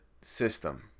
system